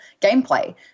gameplay